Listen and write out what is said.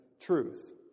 truth